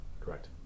Correct